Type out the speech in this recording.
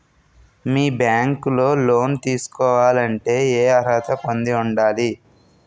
మీ bank లో loan తీసుకోవాలంటే ఎం అర్హత పొంది ఉండాలి?